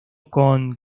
con